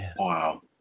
wow